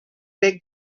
big